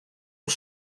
oer